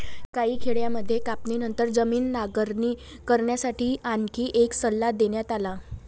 काही खेड्यांमध्ये कापणीनंतर जमीन नांगरणी करण्यासाठी आणखी एक सल्ला देण्यात आला